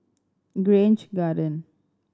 Grange Garden